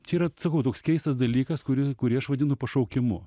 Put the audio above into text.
čia yra sakau toks keistas dalykas kurį kurį aš vadinu pašaukimu